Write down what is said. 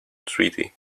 treaty